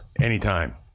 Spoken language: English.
anytime